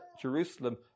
Jerusalem